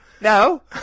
No